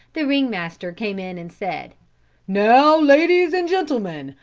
the ring master came in and said now ladies and gentlemen,